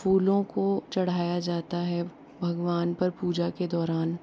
फूलों को चढ़ाया जाता है भगवान पर पूजा के दौरान